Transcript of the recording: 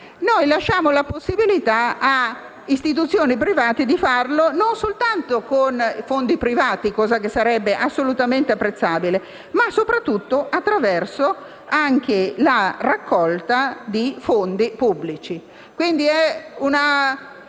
lasciamo la possibilità ad alcune istituzioni private di farlo non solo con fondi privati - cosa che sarebbe assolutamente apprezzabile - ma anche e soprattutto attraverso la raccolta di fondi pubblici. Quindi, si